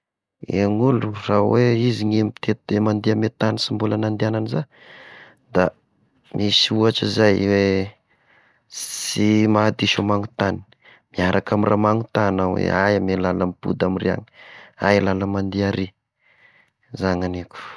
Eh, gn'olo raha hoe izy ny mitety mandeha amy tany sy mbola nandehagnany iza, da misy ohatry izay hoe: sy maha diso ny magnotagny, miaraka amy raha manontagny iaho hoe aiah ny lalana mipody amy iry ah? Aiah lala mandeha ary? Izany hagniko.